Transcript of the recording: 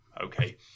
Okay